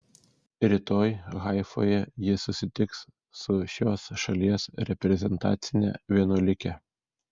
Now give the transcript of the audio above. rytoj haifoje ji susitiks su šios šalies reprezentacine vienuolike